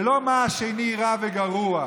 ולא במה השני רע וגרוע.